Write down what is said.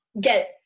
get